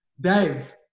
Dave